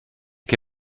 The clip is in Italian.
che